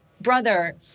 brother